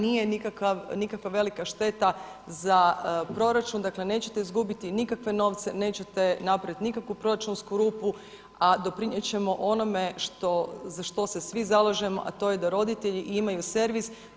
Nije nikakva velika šteta za proračun, dakle nećete izgubiti nikakve novce, nećete napraviti nikakvu proračunsku rupu, a doprinijet ćemo onome što, za što se svi zalažemo, a to je da roditelji imaju servis.